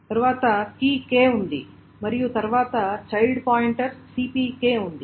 తరువాత keyk ఉంది మరియు తరువాత చైల్డ్ పాయింటర్ cpk ఉంది